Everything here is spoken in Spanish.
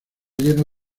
lleno